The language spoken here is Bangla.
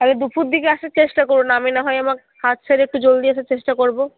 তাহলে দুপুর দিকে আসার চেষ্টা করুন আমি না হয় আমার কাজ সেরে একটু জলদি আসার চেষ্টা করব